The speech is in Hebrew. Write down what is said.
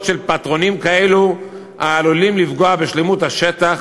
של פטרונים כאלו העלולים לפגוע בשלמות השטח